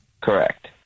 Correct